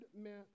meant